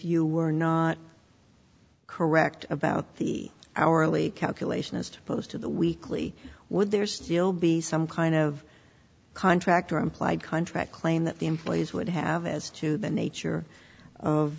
you were not correct about the hourly calculation is to post to the weekly would there still be some kind of contract or implied contract claim that the employees would have as to the nature of